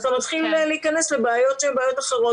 אתה מתחיל להיכנס לבעיות שהן אחרות.